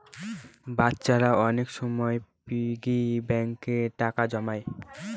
বাচ্চারা অনেক সময় পিগি ব্যাঙ্কে টাকা জমায়